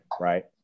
right